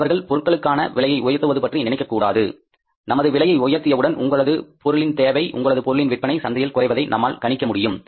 அவர்கள் பொருளுக்கான விலையை உயர்த்துவது பற்றி நினைக்கக் கூடாது நமது விலையை உயர்த்தியவுடன் உங்களது பொருளின் தேவை உங்களது பொருளின் விற்பனை சந்தையில் குறைவதை நம்மால் கணிக்க முடியும்